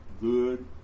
good